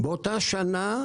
באותה שנה,